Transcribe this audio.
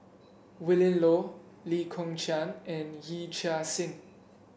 Willin Low Lee Kong Chian and Yee Chia Hsing